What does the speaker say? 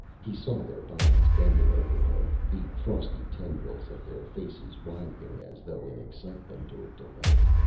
he saw their bodies bending over him, the frosty tendrils of their faces writhing as though in excitement or delight.